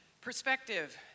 Perspective